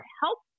help